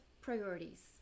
priorities